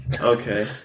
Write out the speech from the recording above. Okay